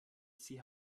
sie